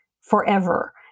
forever